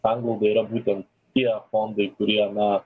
sanglauda yra būtent tie fondai kurie na